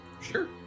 Sure